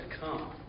come